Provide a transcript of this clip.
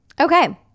okay